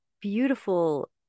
beautiful